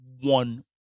one